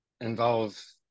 involve